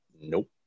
Nope